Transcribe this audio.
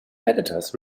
editors